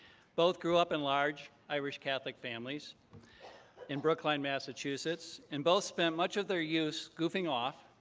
both grew up in large irish catholic families in brookline, massachusetts. and both spent much of their use goofing off,